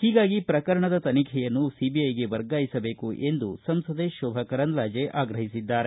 ಹೀಗಾಗಿ ಪ್ರಕರಣದ ತನಿಖೆಯನ್ನು ಸಿಬಿಐಗೆ ವರ್ಗಾಯಿಸಬೇಕು ಎಂದು ಸಂಸದೆ ಶೋಭಾ ಕರಂದ್ಲಾಜೆ ಆಗ್ರಹಿಸಿದ್ದಾರೆ